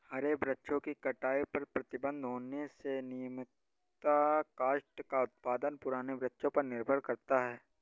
हरे वृक्षों की कटाई पर प्रतिबन्ध होने से नियमतः काष्ठ का उत्पादन पुराने वृक्षों पर निर्भर करता है